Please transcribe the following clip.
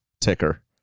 ticker